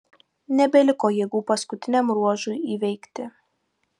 nebeliko jėgų paskutiniam ruožui įveikti